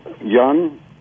young